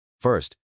First